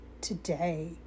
today